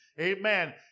Amen